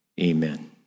amen